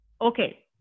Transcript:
okay